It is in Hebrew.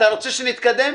אתה רוצה שנתקדם?